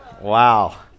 wow